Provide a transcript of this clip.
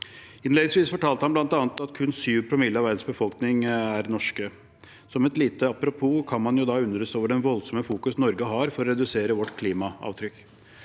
Innledningsvis fortalte han bl.a. at kun 7 promille av verdens befolkning er norsk. Som et lite apropos kan man da undres over hvor voldsomt Norge fokuserer på å redusere vårt klimaavtrykk.